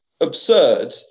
absurd